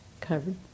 Covered